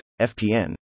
FPN